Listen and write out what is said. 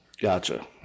Gotcha